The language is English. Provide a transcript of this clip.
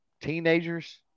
teenagers